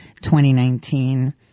2019